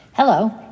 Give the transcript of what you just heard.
Hello